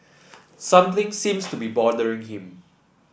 something seems to be bothering him